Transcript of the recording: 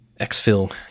exfil